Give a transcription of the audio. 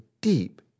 deep